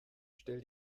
stell